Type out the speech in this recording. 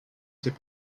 c’est